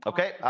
Okay